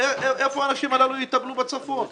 לאיפה האנשים הללו ילכו בצפון לטיפולים?